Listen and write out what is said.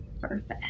Perfect